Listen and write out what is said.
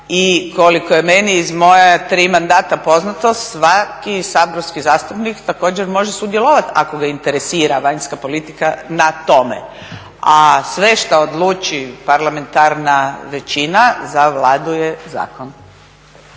I koliko je meni iz moja tri mandata poznato svaki saborski zastupnik također može sudjelovati ako ga interesira vanjska politika na tome. A sve što odluči parlamentarna većina za Vladu je zakon.